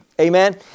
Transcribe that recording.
amen